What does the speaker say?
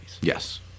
Yes